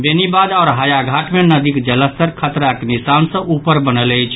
बेनीबाद आओर हायाघाट मे नदीक जलस्तर खतराक निशान सँ ऊपर बनल अछि